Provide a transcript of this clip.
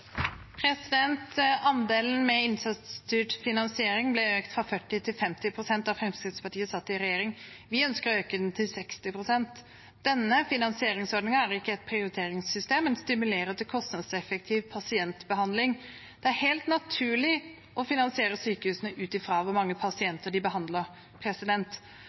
satt i regjering. Vi ønsker å øke den til 60 pst. Denne finansieringsordningen er ikke et prioriteringssystem, men stimulerer til kostnadseffektiv pasientbehandling. Det er helt naturlig å finansiere sykehusene ut ifra hvor mange pasienter de behandler.